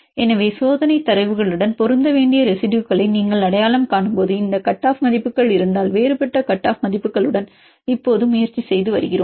எனவே சோதனை தரவுகளுடன் பொருந்த வேண்டிய ரெசிடுயுகளை நீங்கள் அடையாளம் காணும்போது இந்த கட் ஆப் மதிப்புகள் இருந்தால் வேறுபட்ட கட் ஆப் மதிப்புகளுடன் இப்போது முயற்சித்து வருகிறோம்